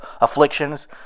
afflictions